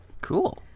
Cool